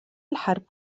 الحرب